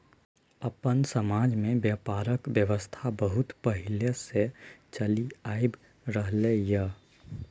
अपन समाज में ब्यापारक व्यवस्था बहुत पहले से चलि आइब रहले ये